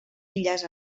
illes